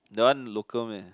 the one local meh